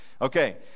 Okay